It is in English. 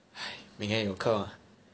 !hais! 明天有课吗